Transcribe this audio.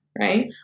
Right